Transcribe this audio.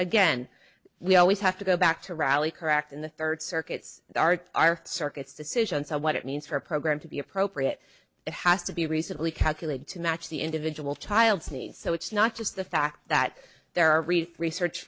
again we always have to go back to rally correct in the third circuit's circuit's decision so what it means for a program to be appropriate it has to be recently calculated to match the individual child's needs so it's not just the fact that there are reef research